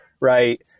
right